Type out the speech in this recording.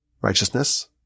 righteousness